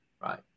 right